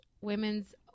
women's